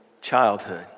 childhood